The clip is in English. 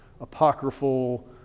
apocryphal